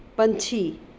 ਪੰਛੀ